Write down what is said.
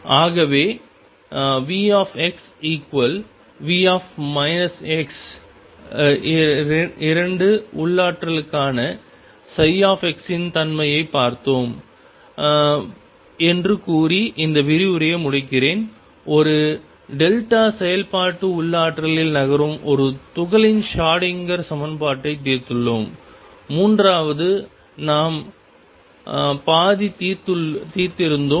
ஆகவே VxV 2 உள்ளாற்றலுக்கான ψ இன் தன்மையைப் பார்த்தோம் என்று கூறி இந்த விரிவுரையை முடிக்கிறேன் ஒரு செயல்பாட்டுத் உள்ளாற்றலில் நகரும் ஒரு துகளின் ஷ்ரோடிங்கர் சமன்பாட்டைத் தீர்த்துள்ளோம் மூன்றாவது நாம் பாதி தீர்த்திருந்தோம்